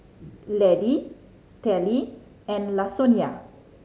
Laddie Telly and Lasonya